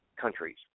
countries